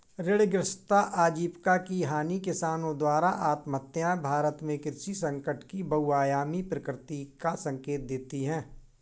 ऋणग्रस्तता आजीविका की हानि किसानों द्वारा आत्महत्याएं भारत में कृषि संकट की बहुआयामी प्रकृति का संकेत देती है